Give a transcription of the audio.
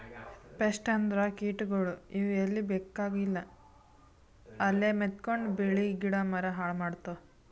pest ಅಂದ್ರ ಕೀಟಗೋಳ್, ಇವ್ ಎಲ್ಲಿ ಬೇಕಾಗಲ್ಲ ಅಲ್ಲೇ ಮೆತ್ಕೊಂಡು ಬೆಳಿ ಗಿಡ ಮರ ಹಾಳ್ ಮಾಡ್ತಾವ್